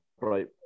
right